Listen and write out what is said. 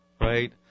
right